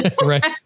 Right